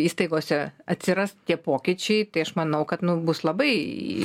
įstaigose atsiras tie pokyčiai tai aš manau kad nu bus labai